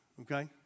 okay